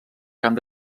camp